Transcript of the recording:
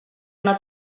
una